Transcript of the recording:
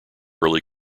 early